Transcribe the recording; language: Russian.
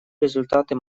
результаты